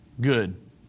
good